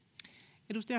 arvoisa